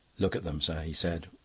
look at them, sir, he said,